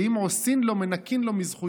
ואם עושין לו נס, מנכין לו מזכויותיו".